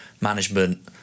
management